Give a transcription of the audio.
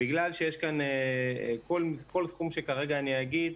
בגלל שכל סכום שכרגע אני אגיד,